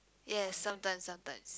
yes sometimes sometimes